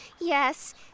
yes